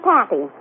Pappy